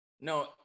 no